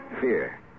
Fear